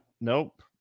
nope